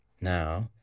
Now